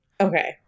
okay